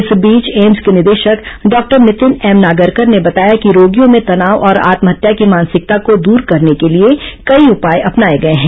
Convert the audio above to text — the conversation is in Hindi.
इस बीच एम्स के निदेशक डॉक्टर नितिन एम नागरकर ने बताया कि रोगियों में तनाव और आत्महत्या की मानसिकता को दूर करने के लिए कई उपाय अपनाए गए हैं